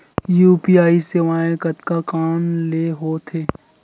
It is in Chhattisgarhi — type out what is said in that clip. यू.पी.आई सेवाएं कतका कान ले हो थे?